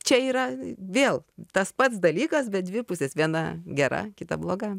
čia yra vėl tas pats dalykas bet dvi pusės viena gera kita bloga